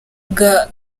bwa